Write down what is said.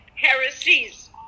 heresies